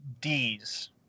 D's